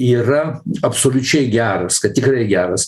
yra absoliučiai geras kad tikrai geras